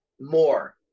more